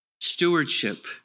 Stewardship